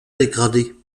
dégradé